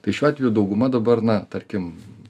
tai šiuo atveju dauguma dabar na tarkim